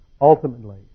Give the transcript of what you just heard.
Ultimately